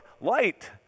light